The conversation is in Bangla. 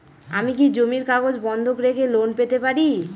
আমি কি জমির কাগজ বন্ধক রেখে লোন পেতে পারি?